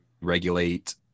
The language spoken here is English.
regulate